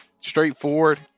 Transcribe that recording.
straightforward